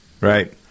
Right